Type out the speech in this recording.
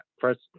first